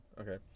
okay